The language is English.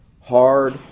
hard